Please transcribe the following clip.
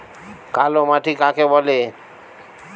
কালোমাটি কাকে বলে?